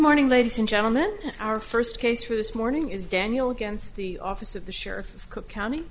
morning ladies and gentlemen our first case for this morning is daniel against the office of the sheriff of cook county